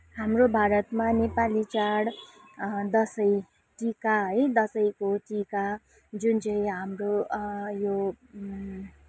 हाम्रो भारतमा नेपाली चाड दसैँ टिका है दसैँको टिका जुन चाहिँ हाम्रो यो